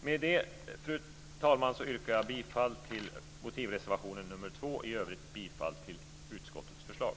Med det, fru talman, yrkar jag bifall till motivreservationen nr 2. I övrigt yrkar jag bifall till utskottets hemställan.